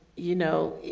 you know,